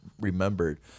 remembered